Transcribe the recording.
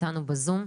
שאיתנו בזום.